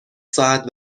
ساعت